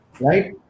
right